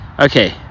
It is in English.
Okay